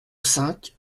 cinq